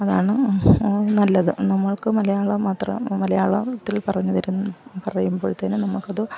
അതാണ് നല്ലത് നമ്മൾക്ക് മലയാളം മാത്രം മലയാളത്തിൽ പറഞ്ഞു തരും പറയുമ്പോഴത്തേനും നമ്മൾക്ക് അത്